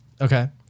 Okay